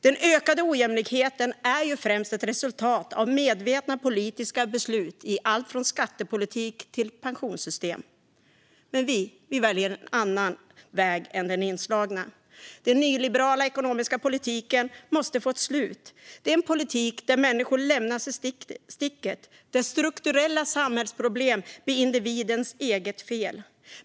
Den ökade ojämlikheten är främst ett resultat av medvetna politiska beslut om allt från skattepolitik till pensionssystem. Men vi väljer en annan väg än den inslagna. Den nyliberala ekonomiska politiken måste få ett slut. Det är en politik där människor lämnas i sticket, där strukturella samhällsproblem blir individens eget fel.